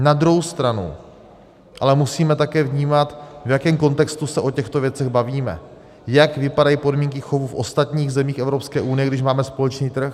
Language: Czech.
Na druhou stranu ale musíme také vnímat, v jakém kontextu se o těchto věcech bavíme, jak vypadají podmínky chovů v ostatních zemích Evropské unie, když máme společný trh.